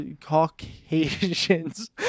caucasians